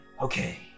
Okay